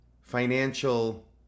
financial